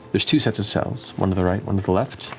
there's two sets of cells, one to the right, one to the left,